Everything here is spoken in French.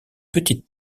petite